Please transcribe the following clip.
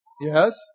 Yes